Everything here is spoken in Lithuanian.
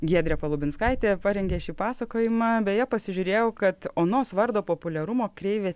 giedrė palubinskaitė parengė šį pasakojimą beje pasižiūrėjau kad onos vardo populiarumo kreivė